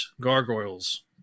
Gargoyles